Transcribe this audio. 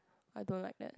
I don't like that